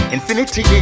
Infinity